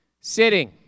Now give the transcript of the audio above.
sitting